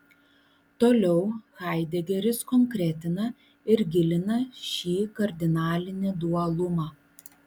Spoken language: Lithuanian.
toliau haidegeris konkretina ir gilina šį kardinalinį dualumą